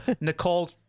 Nicole